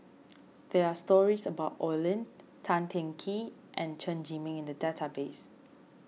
there are stories about Oi Lin Tan Teng Kee and Chen Zhiming in the database